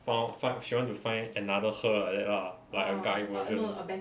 found find she want to find another her like that lah like a guy version